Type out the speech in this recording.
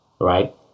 right